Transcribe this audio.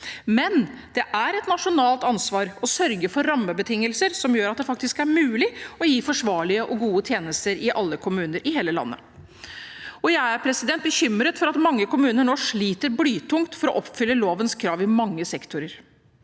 Men det er et nasjonalt ansvar å sørge for rammebetingelser som gjør at det faktisk er mulig å gi forsvarlige og gode tjenester i alle kommuner i hele landet. Jeg er bekymret for at mange kommuner nå sliter blytungt for å oppfylle lovens krav i mange sektorer.